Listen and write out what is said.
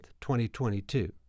2022